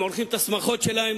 הם עורכים את השמחות שלהם.